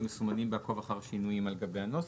והם מסומנים ב"עקוב אחר שינויים" על גבי הנוסח.